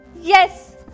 Yes